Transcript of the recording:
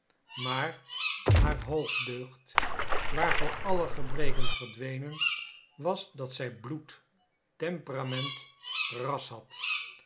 maar haar hoofddeugd waarvoor alle gebreken verdwenen was dat zij bloed temperament ras had